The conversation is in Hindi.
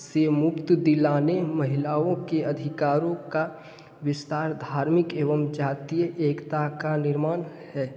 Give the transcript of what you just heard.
से मुक्त दिलाने महिलाओं के अधिकारों का विस्तार धार्मिक एवं जातिय एकता का निर्माण है